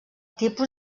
tipus